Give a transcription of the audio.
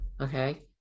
okay